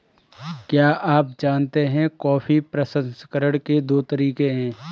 क्या आप जानते है कॉफी प्रसंस्करण के दो तरीके है?